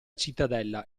cittadella